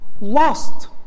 lost